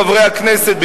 חברי הכנסת,